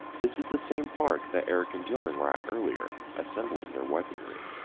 this is the same park that eric and dylan went earlier, assembling their weaponry.